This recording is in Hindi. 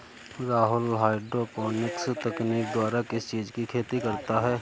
राहुल हाईड्रोपोनिक्स तकनीक द्वारा किस चीज की खेती करता है?